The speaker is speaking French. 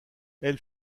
elle